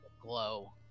glow